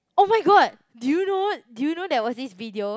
[oh]-my-god do you know do you know that what this video